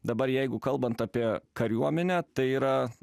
dabar jeigu kalbant apie kariuomenę tai yra